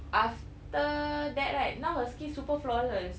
after that right now her skin super flawless